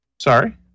Sorry